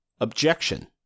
Objection